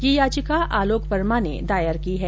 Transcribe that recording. यह याचिका आलोक वर्मा ने दायर की है